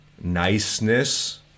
niceness